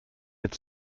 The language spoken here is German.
mit